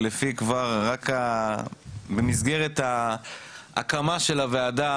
ולפי כבר במסגרת ההקמה של הוועדה,